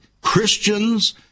Christians